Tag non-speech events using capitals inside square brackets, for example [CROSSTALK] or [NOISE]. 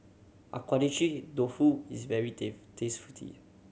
Agedashi Dofu is very [UNINTELLIGIBLE]